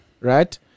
Right